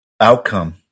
outcome